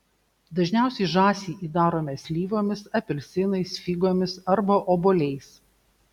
dažniausiai žąsį įdarome slyvomis apelsinais figomis arba obuoliais